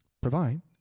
provide